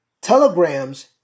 Telegrams